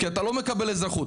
כי אתה לא מקבל אזרחות.